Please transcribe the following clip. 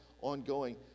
ongoing